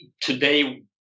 today